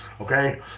Okay